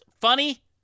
Funny